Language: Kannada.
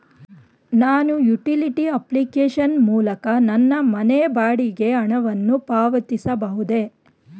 ನಾನು ಯುಟಿಲಿಟಿ ಅಪ್ಲಿಕೇಶನ್ ಮೂಲಕ ನನ್ನ ಮನೆ ಬಾಡಿಗೆ ಹಣವನ್ನು ಪಾವತಿಸಬಹುದೇ?